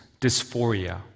dysphoria